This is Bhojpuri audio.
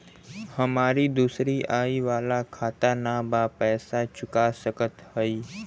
हमारी दूसरी आई वाला खाता ना बा पैसा चुका सकत हई?